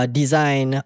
design